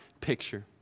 picture